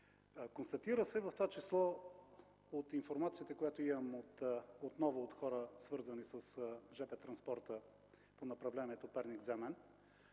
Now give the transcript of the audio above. Констатира се, в това число от информацията, която имам отново от хора, свързани с жп транспорта по направлението Перник-Земен,